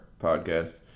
podcast